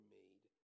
made